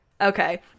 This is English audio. okay